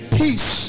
peace